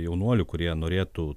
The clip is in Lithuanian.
jaunuolių kurie norėtų